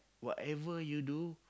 whatever you do